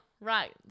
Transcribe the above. Right